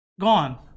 gone